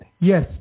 yes